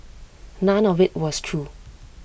none of IT was true